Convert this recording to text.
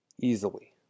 easily